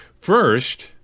First